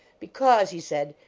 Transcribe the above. because, he said,